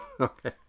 okay